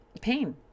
pain